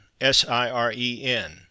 S-I-R-E-N